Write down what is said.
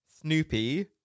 snoopy